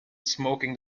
smoking